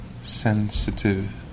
sensitive